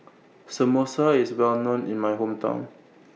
Samosa IS Well known in My Hometown